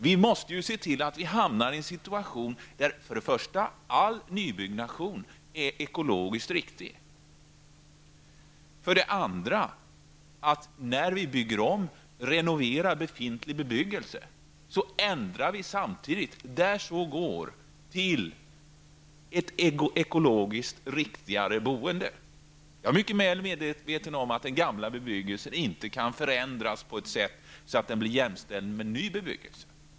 Vi måste se till att vi får en situation där för det första all ny byggnation är ekologiskt riktig, för det andra vi när vi bygger om och renoverar befintlig bebyggelse samtidigt ändrar, där så går att göra, till ekologiskt riktigare boende. Jag är medveten om att den gamla bebyggelsen inte kan förändras på ett sådant sätt att den blir jämställd med nybyggnation.